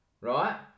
right